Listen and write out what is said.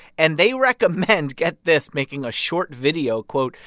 and they recommend get this making a short video, quote,